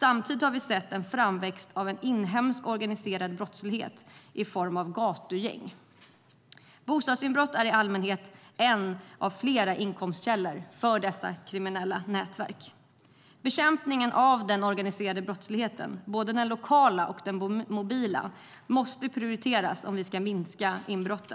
Samtidigt har vi sett en framväxt av en inhemsk organiserad brottslighet i form av gatugäng. Bostadsinbrott är i allmänhet en av flera olika inkomstkällor för dessa kriminella nätverk. Bekämpningen av den organiserade brottsligheten, både den lokala och den mobila, måste prioriteras om vi ska minska antalet inbrott.